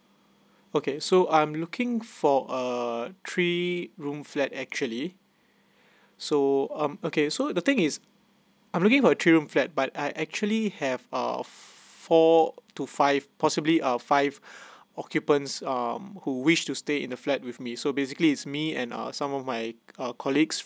okay so I'm looking for a three room flat actually so um okay so the thing is I'm looking for a three room flat but I actually have uh four to five possibly uh five occupants uh who wish to stay in the flat with me so basically is me and uh some of my uh colleagues